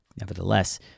Nevertheless